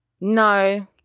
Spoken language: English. No